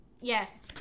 Yes